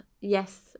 yes